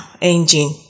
engine